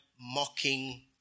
mocking